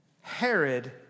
Herod